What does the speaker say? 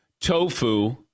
Tofu